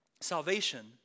salvation